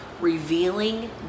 revealing